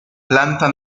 planta